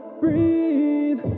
breathe